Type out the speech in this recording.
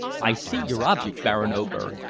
i see your object, baron oberg!